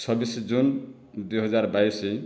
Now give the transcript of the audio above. ଛବିଶ ଜୁନ୍ ଦୁଇହଜାର ବାଇଶ